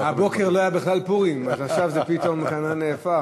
הבוקר לא היה בכלל פורים, עכשיו זה פתאום נהפך.